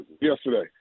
yesterday